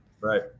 Right